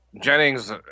Jennings